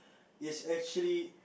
is actually